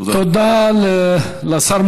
תודה לשר.